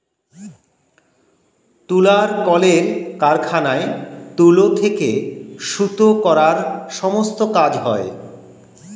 তুলার কলের কারখানায় তুলো থেকে সুতো করার সমস্ত কাজ হয়